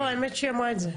לא, האמת שהיא אמרה את זה.